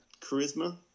charisma